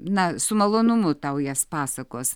na su malonumu tau jas pasakos